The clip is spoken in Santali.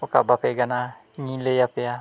ᱚᱠᱟ ᱵᱟᱯᱮ ᱜᱟᱱᱟ ᱤᱧᱤᱧ ᱞᱟᱹᱭ ᱟᱯᱮᱭᱟ